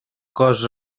cos